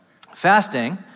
fasting